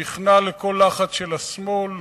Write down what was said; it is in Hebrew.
נכנע לכל לחץ של השמאל,